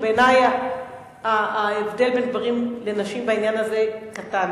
בעיני ההבדל בין גברים לנשים בעניין הזה קטן